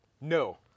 no